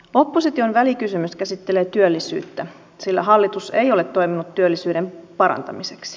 opposition välikysymys käsittelee työllisyyttä sillä hallitus ei ole toiminut työllisyyden parantamiseksi